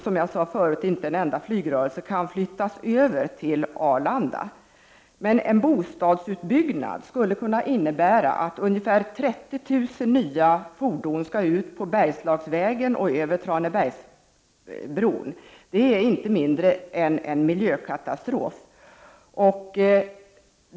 Som jag sade tidi gare kan inte en enda flygrörelse flyttas över till Arlanda, men en bostadsutbyggnad skulle kunna innebära att ungefär 30000 fordon skall ut på Bergslagsvägen och över Tranebergsbron. Det är ingenting mindre än en miljökatatrof.